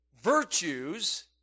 virtues